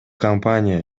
компания